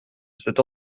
cette